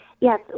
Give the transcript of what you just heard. Yes